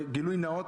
גילוי נאות,